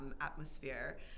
atmosphere